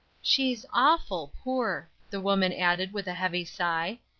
she's awful poor, the woman added with a heavy sigh.